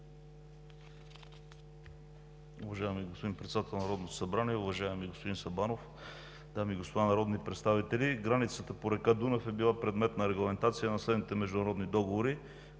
Уважаеми господин Председател на Народното събрание, уважаеми господин Сабанов, дами и господа народни представители! Границата по река Дунав е била предмет на регламентация на следните международни договори: